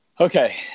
Okay